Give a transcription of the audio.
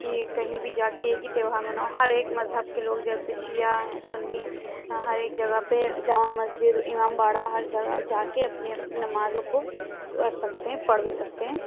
کہ کہیں بھی جا كے ایک ہی تہوار مناؤ ہر ایک مذہب كے لوگ جیسے شیعہ ہیں سنی ہرایک جگہ پہ جامع مسجد اِمامباڑہ ہر جگہ جا كے اپنی نمازوں کو کر سکتے ہیں پڑھ بھی سکتے ہیں